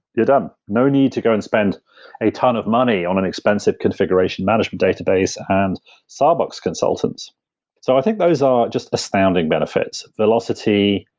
you're done. no need to go and spend a ton of money on an expensive configuration management database and so consultants so i think those are just astounding benefits velocity,